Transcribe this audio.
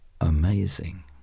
amazing